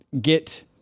get